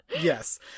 Yes